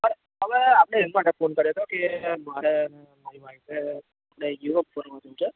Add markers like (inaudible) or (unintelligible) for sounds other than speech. આવે આપડે એન માટે ફોન કર્યો તો કે મારે મારી વાઈફને (unintelligible) કરવાનું છે